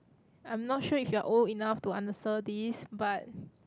I'm not sure if you're old enough to answer this but